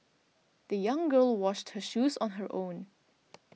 the young girl washed her shoes on her own